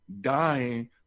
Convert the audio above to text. dying